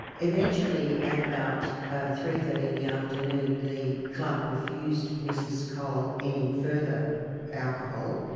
eventually, at about ah three. thirty in the afternoon, the club refused mrs cole any further alcohol,